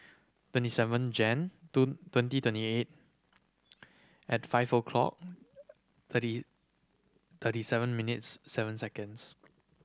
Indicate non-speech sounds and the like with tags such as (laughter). twenty seven Jan (unintelligible) twenty twenty eight at five o'clock thirty thirty seven minutes seven seconds